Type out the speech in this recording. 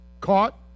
caught